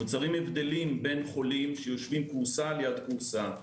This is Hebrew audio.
נוצרים הבדלים בין חולים שיושבים כורסה ליד כורסה.